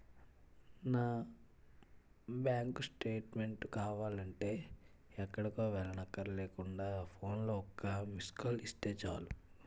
నా bank statement కావాలంటే ఎక్కడికో వెళ్ళక్కర్లేకుండా ఫోన్లో ఒక్క మిస్కాల్ ఇస్తే చాలు